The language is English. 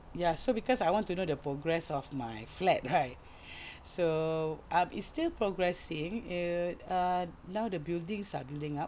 ya so because I want to know the progress of my flat right so ah it's still progressing uh now the buildings are building up